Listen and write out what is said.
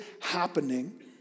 happening